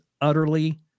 utterly